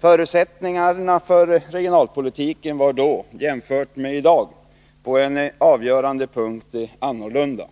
Förutsättningarna för regionalpolitiken var då — jämfört med i dag — på en avgörande punkt annorlunda,